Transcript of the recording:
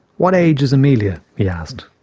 what age is emelia? he asked.